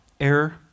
error